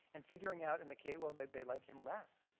and figuring out in the case well, they they like him less.